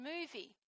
movie